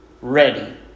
ready